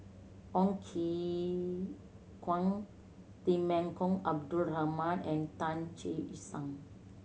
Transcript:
Ong Ye Kung Temenggong Abdul Rahman and Tan Che Sang